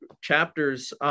chapters